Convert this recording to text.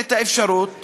את האפשרות